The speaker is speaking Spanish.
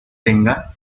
tenga